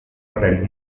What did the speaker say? horren